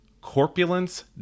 corpulence